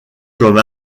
comme